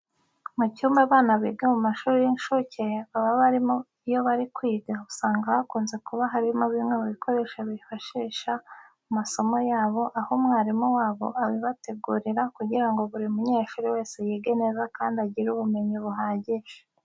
Mu cyumba abana biga mu mashuri y'inshuke baba barimo iyo bari kwiga, usanga hakunze kuba harimo bimwe mu bikoresho bifashishsha mu masomo yabo, aho umwarimu wabo abibategurira kugira ngo buri munyeshuri wese yige neza kandi agire ubumenyi buhagije.